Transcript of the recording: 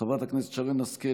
חברת הכנסת שרן השכל,